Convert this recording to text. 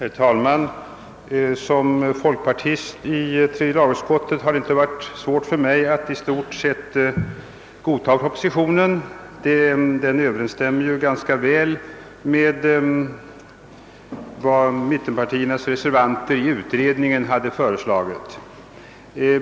Herr talman! Som folkpartist i tredje lagutskottet har det inte varit svårt för mig att i stort sett godta propositionen — den överensstämmer ju ganska väl med vad mittenpartiernas reservanter i utredningen har föreslagit.